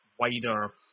Wider